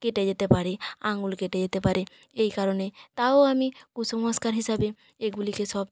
কেটে যেতে পারে আঙুল কেটে যেতে পারে এই কারণে তাও আমি কুসংস্কার হিসাবে এগুলিকে সব